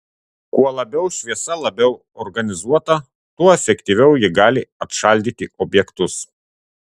kuo labiau šviesa labiau organizuota tuo efektyviau ji gali atšaldyti objektus